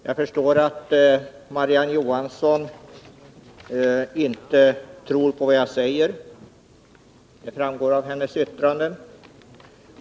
Herr talman! Jag förstår att Marie-Ann Johansson inte tror på vad jag säger. Det framgår av hennes yttranden.